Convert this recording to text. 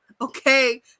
okay